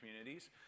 communities